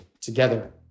together